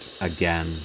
again